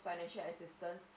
financial assistance